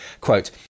Quote